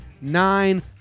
nine